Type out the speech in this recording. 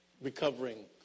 recovering